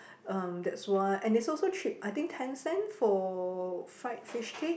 um that's why and it's also cheap I think ten cents for fried fishcake